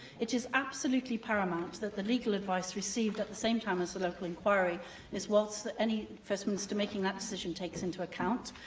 it is absolutely paramount that the legal advice received at the same time as the local inquiry is what any first minister making that decision takes into account.